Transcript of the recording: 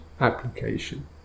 application